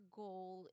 goal